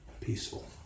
peaceful